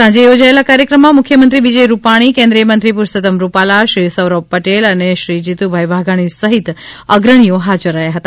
સાંજે યોજાયેલા કાર્યક્રમમાં મુખ્યમંત્રી વિજય રૂપાણી કેન્દ્રીય મંત્રી પરષોતમ રૂપાલા શ્રી સૌરભ પટેલ અને શ્રી જીતુભાઇ વાઘાણી સહિત અગ્રણીઓ હાજર રહ્યા હતા